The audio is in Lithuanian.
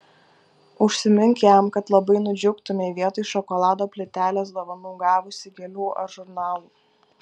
užsimink jam kad labai nudžiugtumei vietoj šokolado plytelės dovanų gavusi gėlių ar žurnalų